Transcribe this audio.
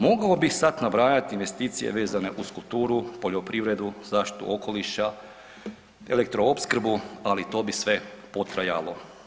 Mogao bih sad nabrajati investicije vezane uz kulturu, poljoprivredu, zaštitu okoliša, elektroopskrbu ali to bi sve potrajalo.